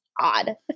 odd